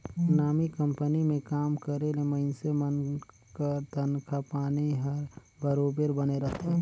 नामी कंपनी में काम करे ले मइनसे मन कर तनखा पानी हर बरोबेर बने रहथे